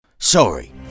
Sorry